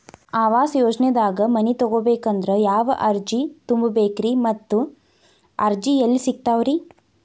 ಆವಾಸ ಯೋಜನೆದಾಗ ಮನಿ ತೊಗೋಬೇಕಂದ್ರ ಯಾವ ಅರ್ಜಿ ತುಂಬೇಕ್ರಿ ಮತ್ತ ಅರ್ಜಿ ಎಲ್ಲಿ ಸಿಗತಾವ್ರಿ?